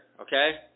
okay